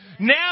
Now